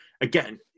Again